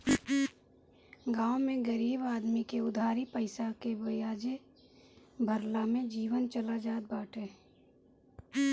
गांव में गरीब आदमी में उधारी पईसा के बियाजे भरला में जीवन चल जात बाटे